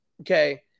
Okay